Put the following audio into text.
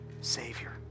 Savior